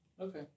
Okay